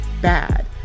bad